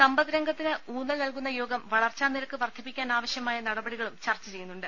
സമ്പദ്രംഗത്തിന് ഊന്നൽ നൽകുന്ന യോഗം വളർച്ചാ നിരക്ക് വർദ്ധിപ്പിക്കാനാവശ്യമായ നടപടികളും ചർച്ച ചെയ്യു ന്നുണ്ട്